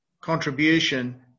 contribution